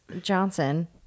Johnson